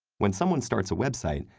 when someone starts a website,